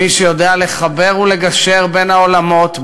מי שיודע לחבר ולגשר בין העולמות,